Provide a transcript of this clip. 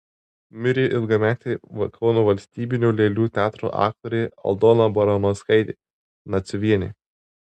mirė ilgametė kauno valstybinio lėlių teatro aktorė aldona baranauskaitė naciuvienė